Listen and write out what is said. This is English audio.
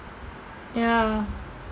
ya